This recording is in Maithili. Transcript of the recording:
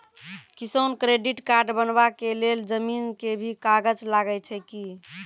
किसान क्रेडिट कार्ड बनबा के लेल जमीन के भी कागज लागै छै कि?